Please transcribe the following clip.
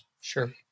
Sure